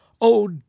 Oh